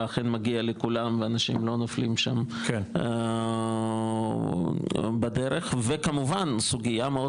שמגיע לכולם ואנשים לא נופלים שם בדרך וכמובן סוגיה מאוד